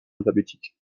alphabétique